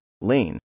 Lane